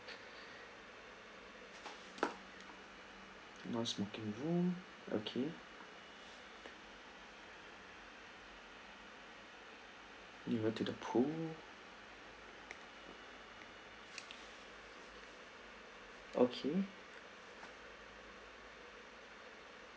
no smoking room akay nearer to the pool okay